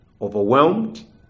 overwhelmed